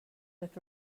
with